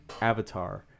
Avatar